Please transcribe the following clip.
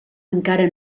encara